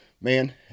man